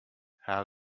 how